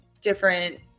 different